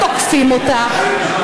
תוקפים אותה.